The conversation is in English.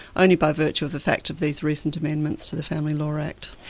only by virtue of the fact of these recent amendments to the family law act.